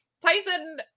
tyson